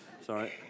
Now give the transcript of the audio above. sorry